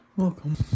welcome